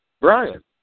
Brian